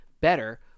better